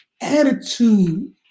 attitude